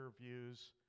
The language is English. views